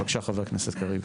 בבקשה, חבר הכנסת קריב.